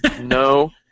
no